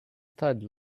thud